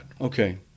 Okay